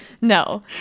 No